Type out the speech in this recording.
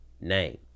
name